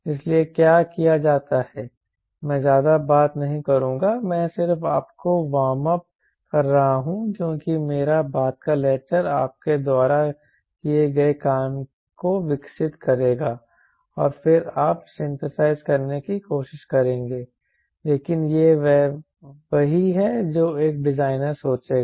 इसलिए क्या किया जाता है मैं ज्यादा बात नहीं करूंगा मैं सिर्फ आपको वार्म अप कर रहा हूं क्योंकि मेरा बाद का लेक्चर आपके द्वारा किए गए काम को विकसित करेगा और फिर आप सिंथेसाइज करने की कोशिश करेंगे लेकिन यह वही है जो एक डिजाइनर सोचेगा